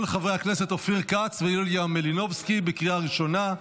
אושרה בקריאה ראשונה,